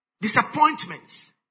disappointments